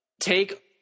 take